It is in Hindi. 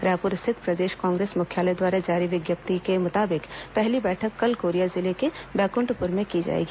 रायपुर स्थित प्रदेश कांग्रेस मुख्यालय द्वारा जारी विज्ञप्ति के मुताबिक पहली बैठक कल कोरिया जिले के बैकुंठपुर में की जाएगी